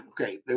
Okay